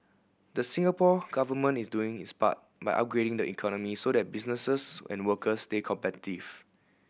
the Singapore Government is doing its part by upgrading the economy so that businesses and workers stay competitive